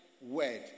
word